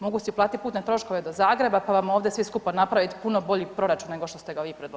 Mogu si uplatiti putne troškove do Zagreba pa vam ovdje svi skupa napraviti puno bolji proračun nego što ste ga vi predložili.